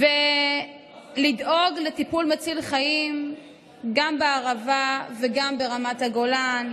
לדאוג לטיפול מציל חיים גם בערבה וגם ברמת הגולן,